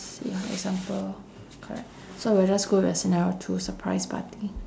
ya example correct so we'll just go with scenario two surprise party